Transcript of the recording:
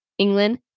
England